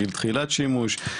גיל תחילת שימוש,